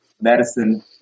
medicine